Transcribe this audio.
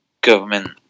government